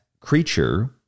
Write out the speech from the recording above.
creature